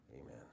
Amen